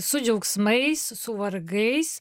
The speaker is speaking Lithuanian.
su džiaugsmais su vargais